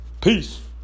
Peace